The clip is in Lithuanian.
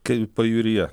kai pajūryje